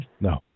No